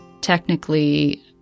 technically